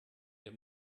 ihr